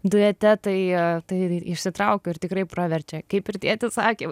duete tai tai išsitraukiau ir tikrai praverčia kaip ir tėtis sakė